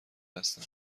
هستن